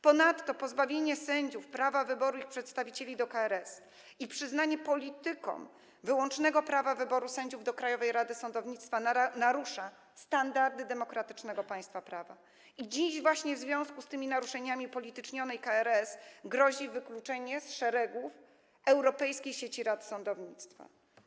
Ponadto pozbawienie sędziów prawa wyboru swoich przedstawicieli do KRS i przyznanie politykom wyłącznego prawa wyboru sędziów do Krajowej Rady Sądownictwa narusza standardy demokratycznego państwa prawa i dziś, właśnie w związku z tymi naruszeniami, upolitycznionej KRS grozi wykluczenie z szeregów Europejskiej Sieci Rad Sądownictwa.